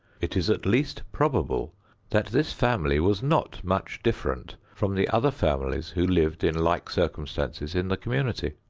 it is at least probable that this family was not much different from the other families who lived in like circumstances in the community.